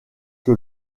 que